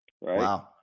Wow